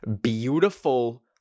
beautiful